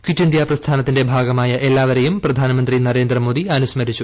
kit India പ്രസ്ഥാനത്തിന്റെ ഭാഗമായ എല്ലാവരെയും പ്രധാനമന്ത്രി നരേന്ദ്രമോദി അനുസ്മരിച്ചു